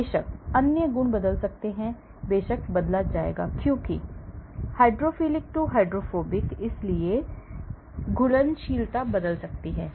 बेशक अन्य गुण बदल सकते हैं बेशक बदल जाएगा क्योंकि hydrophilic to hydrophobic इसलिए घुलनशीलता बदल सकती है